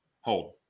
Hold